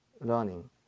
learning